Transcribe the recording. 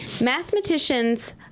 Mathematicians